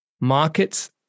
Markets